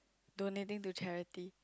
donating to charity